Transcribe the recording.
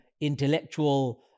intellectual